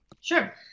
Sure